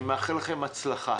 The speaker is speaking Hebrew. אני מאחל לכולכם הצלחה,